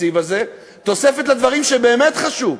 בתקציב הזה תוספת לדברים שבאמת חשובים,